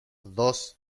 dos